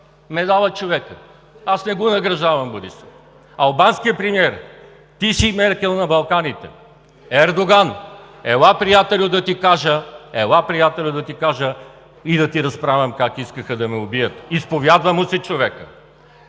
медала. Аз не награждавам Борисов. Албанският премиер: „Ти си Меркел на Балканите.“ Ердоган: „Ела, приятелю, да ти кажа и да ти разправям как искаха да ме убият.“ Изповядва му се човекът.